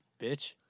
Bitch